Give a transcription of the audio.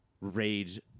rage